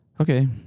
Okay